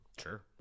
Sure